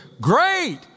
Great